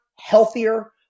healthier